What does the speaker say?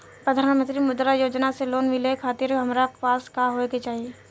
प्रधानमंत्री मुद्रा योजना से लोन मिलोए खातिर हमरा पास का होए के चाही?